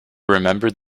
remembered